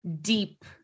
deep